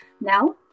Now